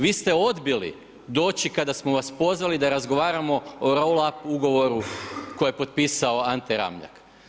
Vi ste odbili doći kada smo vas pozvali da razgovaramo o roll up ugovoru koji je potpisao Ante Ramljak.